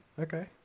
Okay